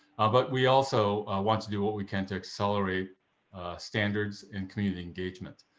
ah but we also want to do what we can to accelerate standards and community engagement.